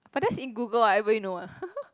but that's in Google what everybody know what